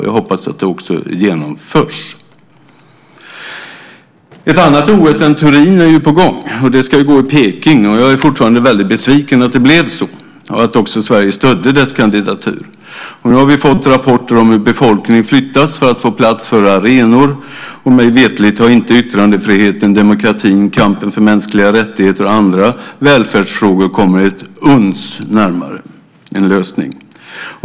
Jag hoppas att det också genomförs. Ett annat OS än det i Turin är ju på gång och ska gå i Peking. Jag är fortfarande väldigt besviken över att det blev så och över att Sverige stödde denna kandidatur. Nu har vi fått rapporter om hur befolkningen flyttas för att man ska få plats för arenor. Mig veterligt har inte yttrandefriheten, demokratin, kampen för mänskliga rättigheter och andra välfärdsfrågor kommit ett uns närmare en lösning.